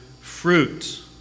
fruit